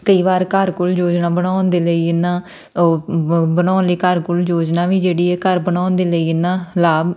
ਕਈ ਵਾਰ ਘਰ ਕੁਲ ਯੋਜਨਾ ਬਣਾਉਣ ਦੇ ਲਈ ਇੰਨਾ ਉਹ ਬ ਬਣਾਉਣ ਲਈ ਘਰ ਕੁਲ ਯੋਜਨਾ ਵੀ ਜਿਹੜੀ ਹੈ ਘਰ ਬਣਾਉਣ ਦੇ ਲਈ ਇੰਨਾ ਲਾਭ